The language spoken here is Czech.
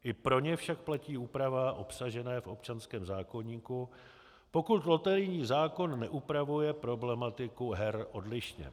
I pro ně však platí úprava obsažená v občanském zákoníku, pokud loterijní zákon neupravuje problematiku her odlišně.